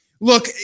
Look